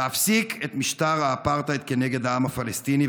להפסיק את משטר האפרטהייד כנגד העם הפלסטיני,